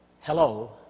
Hello